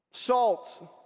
Salt